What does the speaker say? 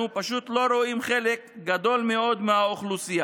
אנחנו פשוט לא רואים חלק גדול מאוד מהאוכלוסייה.